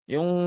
Yung